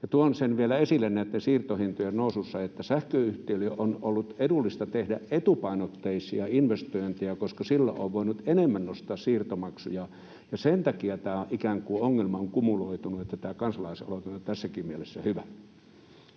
tuon vielä esille näitten siirtohintojen nousussa, että sähköyhtiöille on ollut edullista tehdä etupainotteisia investointeja, koska silloin on voinut enemmän nostaa siirtomaksuja, ja sen takia tämä ongelma on ikään kuin kumuloitunut, ja tämä kansa- laisaloite on tässäkin mielessä hyvä.